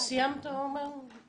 סיימת, עומר?